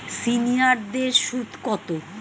সিনিয়ারদের সুদ কত?